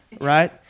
right